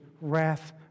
wrath